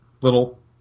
little